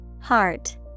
Heart